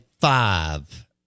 five